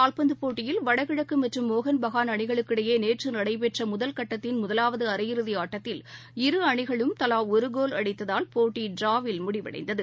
கால்பந்துப் போட்டியில் வடகிழக்குமற்றும் மோகன் பகான் அணிகளுக்கு ஜஎஸ்எல் இடையேநேற்றுநடைபெற்ற முதல் கட்டத்தின் முதலாவதுஅரையிறுதிஆட்டத்தில் இரு அணிகளும் தலாடிருகோல் அடித்ததால் போட்டிட்ராவில் முடிவடைந்தது